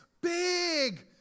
big